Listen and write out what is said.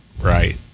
right